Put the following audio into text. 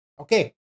okay